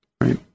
Right